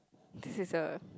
this is a